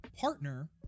partner